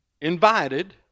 invited